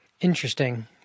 Interesting